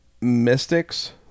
mystics